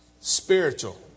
Spiritual